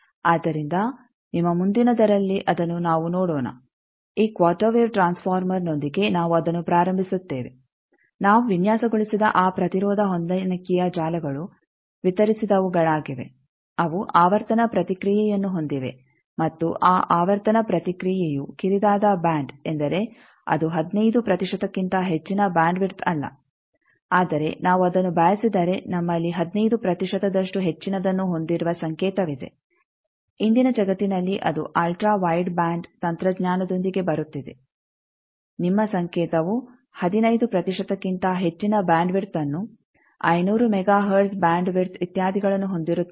ಆದ್ದರಿಂದ ನಿಮ್ಮ ಮುಂದಿನದರಲ್ಲಿ ಅದನ್ನು ನಾವು ನೋಡೋಣ ಈ ಕ್ವಾರ್ಟರ್ ವೇವ್ ಟ್ರಾನ್ಸ್ ಫಾರ್ಮರ್ನೊಂದಿಗೆ ನಾವು ಅದನ್ನು ಪ್ರಾರಂಭಿಸುತ್ತೇವೆ ನಾವು ವಿನ್ಯಾಸಗೊಳಿಸಿದ ಆ ಪ್ರತಿರೋಧ ಹೊಂದಾಣಿಕೆಯ ಜಾಲಗಳು ವಿತರಿಸಿದವುಗಳಾಗಿವೆ ಅವು ಆವರ್ತನ ಪ್ರತಿಕ್ರಿಯೆಯನ್ನು ಹೊಂದಿವೆ ಮತ್ತು ಆ ಆವರ್ತನ ಪ್ರತಿಕ್ರಿಯೆಯು ಕಿರಿದಾದ ಬ್ಯಾಂಡ್ ಎಂದರೆ ಅದು 15 ಪ್ರತಿಶತಕ್ಕಿಂತ ಹೆಚ್ಚಿನ ಬ್ಯಾಂಡ್ ವಿಡ್ತ್ ಅಲ್ಲ ಆದರೆ ನಾವು ಅದನ್ನು ಬಯಸಿದರೆ ನಮ್ಮಲ್ಲಿ 15 ಪ್ರತಿಶತದಷ್ಟು ಹೆಚ್ಚಿನದನ್ನು ಹೊಂದಿರುವ ಸಂಕೇತವಿದೆ ಇಂದಿನ ಜಗತ್ತಿನಲ್ಲಿ ಅದು ಅಲ್ಟ್ರಾ ವೈಡ್ ಬ್ಯಾಂಡ್ ತಂತ್ರಜ್ಞಾನದೊಂದಿಗೆ ಬರುತ್ತಿದೆ ನಿಮ್ಮ ಸಂಕೇತವು 15 ಪ್ರತಿಶತಕ್ಕಿಂತ ಹೆಚ್ಚಿನ ಬ್ಯಾಂಡ್ ವಿಡ್ತ್ಅನ್ನು 500 ಮೆಗಾ ಹರ್ಟ್ಜ್ ಬ್ಯಾಂಡ್ ವಿಡ್ತ್ ಇತ್ಯಾದಿಗಳನ್ನು ಹೊಂದಿರುತ್ತದೆ